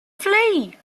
flee